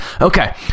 okay